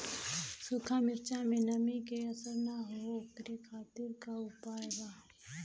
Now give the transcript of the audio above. सूखा मिर्चा में नमी के असर न हो ओकरे खातीर का उपाय बा?